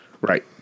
Right